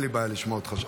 אין לי בעיה לשמוע אותך.